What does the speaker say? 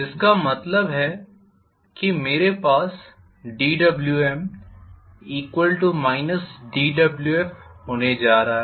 जिसका मतलब है कि मेरे पास dWm dWfहोने जा रहा हूं